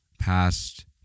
past